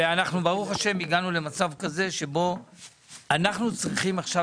ברוך השם הגענו למצב כזה שבו אנחנו צריכים עכשיו